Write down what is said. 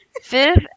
Fifth